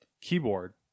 keyboard